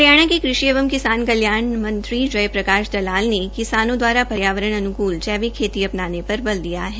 हरियाणा के कृषि एवं किसान कल्याण मंत्री जय प्रकाश दलाल ने किसानों दवारा पर्यावरण अन्कूल जैविक खेती अपनाने पर बल दिया है